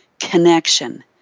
connection